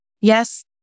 Yes